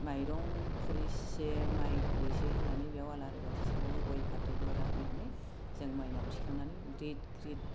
माइरं खुरैसे माय खुरैसे होनानै बेयाव आलारि बाथि सावो गय फाथै जरा होनानै जों मायनाव थिखांनानै ग्रिद ग्रिद